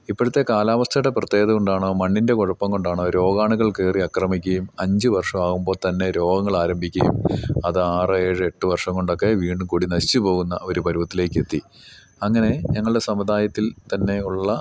ഇപ്പോഴത്തെ കാലാവസ്ഥയുടെ പ്രത്യേകത കൊണ്ടാണോ മണ്ണിൻ്റെ കുഴപ്പം കൊണ്ടാണോ രോഗാണുക്കൾ കയറി ആക്രമിക്കുകയും അഞ്ചു വർഷമാകുമ്പോൾ തന്നെ രോഗങ്ങൾ ആരംഭിക്കുകയും അത് ആറ് ഏഴ് എട്ടു വർഷം കൊണ്ടൊക്കെ വീണ്ടും കൊടി നശിച്ച് പോകുന്ന ഒരു പരുവത്തിലേക്ക് എത്തി അങ്ങനെ ഞങ്ങളുടെ സമുദായത്തിൽ തന്നെ ഉള്ള